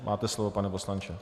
Máte slovo, pane poslanče.